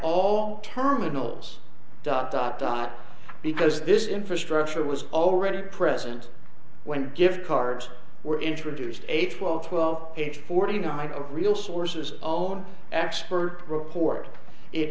all terminals dot dot dot because this infrastructure was already present when gift cards were introduced age twelve twelve forty nine of real sources own expert report it